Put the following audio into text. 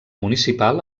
municipal